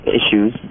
issues